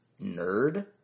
nerd